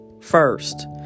first